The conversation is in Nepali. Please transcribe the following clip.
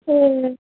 ए